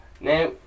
Now